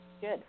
Good